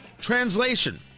Translation